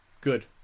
good